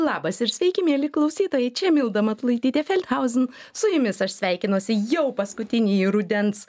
labas ir sveiki mieli klausytojai čia milda matulaitytė feldhausen su jumis aš sveikinuosi jau paskutinįjį rudens